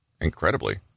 Incredibly